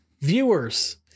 viewers